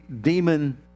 demon